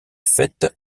faites